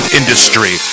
industry